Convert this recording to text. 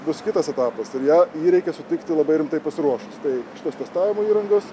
bus kitas etapas ir ją jį reikia sutikti labai rimtai pasiruošus tai šitos testavimo įrangos